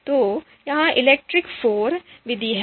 तो यह ELECTRE Iv विधि है